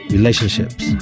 Relationships